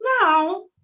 Now